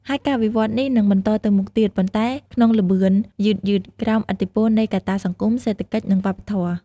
ហើយការវិវត្តន៍នេះនឹងបន្តទៅមុខទៀត ប៉ុន្តែក្នុងល្បឿនយឺតៗ ក្រោមឥទ្ធិពលនៃកត្តាសង្គម សេដ្ឋកិច្ច និងវប្បធម៌។